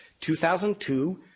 2002